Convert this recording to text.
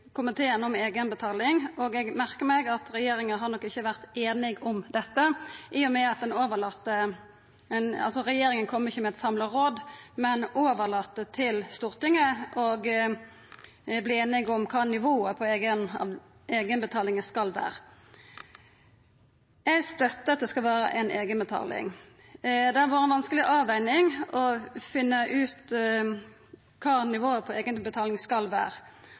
komiteen om eigenbetaling, og eg merker meg at i regjeringa har ein nok ikkje vore einige om dette, sidan dei ikkje kjem med eit samla råd, men overlèt til Stortinget å verta einige om kva nivået på eigenbetalinga skal vera. Eg støttar at det skal vera ei eigenbetaling. Det har vore ei vanskeleg vurdering å finna ut kva nivået på eigenbetalinga skal